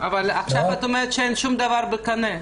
אבל עכשיו את אומרת שאין שום דבר בקנה.